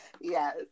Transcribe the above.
Yes